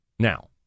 Now